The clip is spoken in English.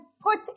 put